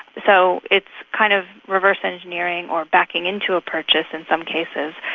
so it's kind of reverse engineering or backing into a purchase in some cases,